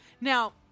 Now